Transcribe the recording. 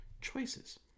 choices